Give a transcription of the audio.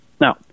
now